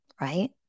right